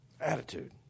Attitude